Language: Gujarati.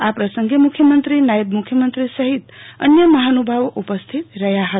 આ પ્રસંગે મુખ્યમંત્રી નાયબમુખ્યમંત્રી સહિત અન્ય મહાનુભાવો ઉપસ્થિત રહ્યા હતા